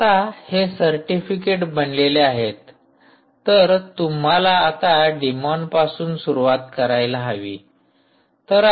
आता हे सर्टिफिकेट बनलेले आहेत तर तुम्हाला आता डिमॉनपासून सुरुवात करायला हवी